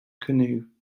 canoe